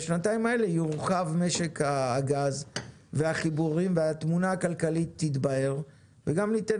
בשנתיים האלה יורחב משק הגז והחיבורים והתמונה הכללית תתבהר וגם ניתן